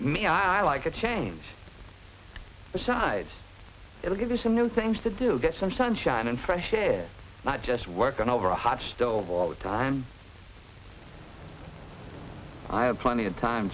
me i like a change besides it'll give us some new things to do get some sunshine and fresh air i just work on over a hot stove all the time i have plenty of time